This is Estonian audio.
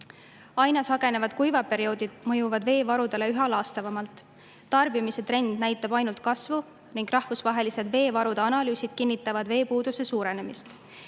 Aina sagenevad kuivad perioodid mõjuvad veevarudele üha laastavamalt. Tarbimise trend näitab ainult kasvu ning rahvusvahelised veevarude analüüsid kinnitavad veepuuduse suurenemist.